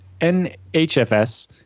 NHFS